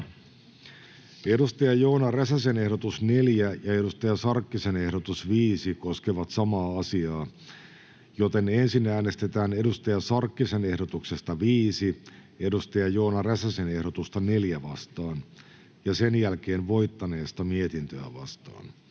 Hanna Sarkkisen ehdotus 1 ja Joona Räsäsen ehdotus 2 koskevat samaa asiaa, joten ensin äänestetään Joona Räsäsen ehdotuksesta 2 Hanna Sarkkisen ehdotusta 1 vastaan ja sen jälkeen voittaneesta mietintöä vastaan.